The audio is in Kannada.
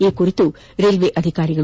ಈ ಕುರಿತು ರೈಲ್ವೆ ಅಧಿಕಾರಿಗಳು